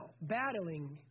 battling